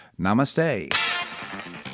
Namaste